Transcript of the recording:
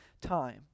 time